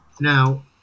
Now